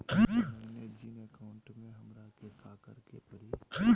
मैंने जिन अकाउंट में हमरा के काकड़ के परी?